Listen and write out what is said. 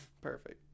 Perfect